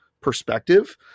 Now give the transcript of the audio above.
perspective